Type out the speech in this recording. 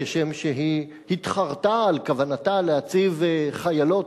כשם שהיא התחרטה על כוונתה להציב חיילות